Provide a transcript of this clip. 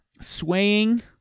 swaying